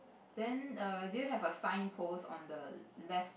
then err do you have a sign post on the left